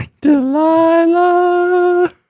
delilah